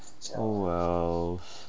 oh wells